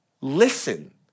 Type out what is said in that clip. listen